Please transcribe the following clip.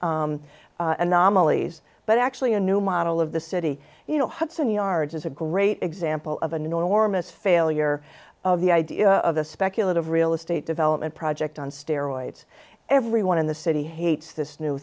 anomalies but actually a new model of the city you know hudson yards is a great example of an enormous failure of the idea of a speculative real estate development project on steroids everyone in the city hates this new